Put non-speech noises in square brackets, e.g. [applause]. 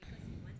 [breath]